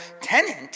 tenant